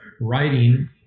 writing